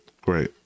Great